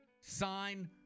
sign